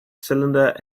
cylinder